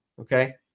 Okay